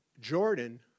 Jordan